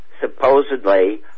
supposedly